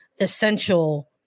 essential